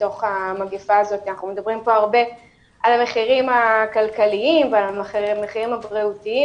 מדברים פה הרבה על המחירים הכלכליים והבריאותיים